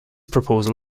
proposal